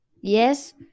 Yes